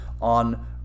on